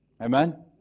Amen